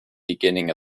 beginning